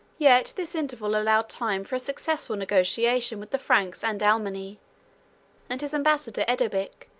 yet this interval allowed time for a successful negotiation with the franks and alemanni and his ambassador, edobic,